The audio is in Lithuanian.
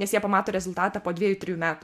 nes jie pamato rezultatą po dviejų trijų metų